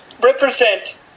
represent